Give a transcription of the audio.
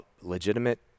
legitimate